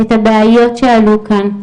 לבחון את הבעיות שעלו כאן,